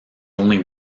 only